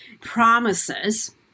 promises